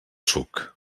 suc